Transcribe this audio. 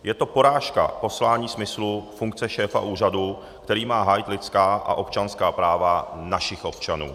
Je to porážka poslání, smyslu, funkce šéfa úřadu, který má hájit lidská a občanská práva našich občanů.